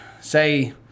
say